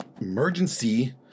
Emergency